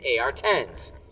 AR-10s